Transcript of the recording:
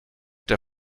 der